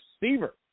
receiver